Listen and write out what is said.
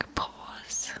pause